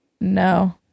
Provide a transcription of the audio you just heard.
No